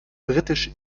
britisch